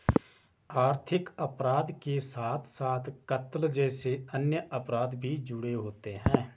आर्थिक अपराध के साथ साथ कत्ल जैसे अन्य अपराध भी जुड़े होते हैं